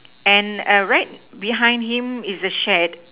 and a right behind him is a shed